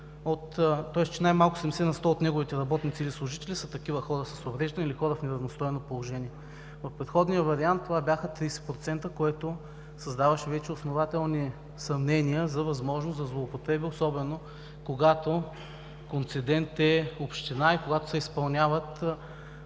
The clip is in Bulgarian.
че най-малко 70 на сто от неговите работници или служители са такива хора с увреждания, или хора в неравностойно положение. В предходния вариант това бяха 30%, което създаваше вече основателни съмнения за възможни злоупотреби, особено когато концедент е община и когато се изпълняват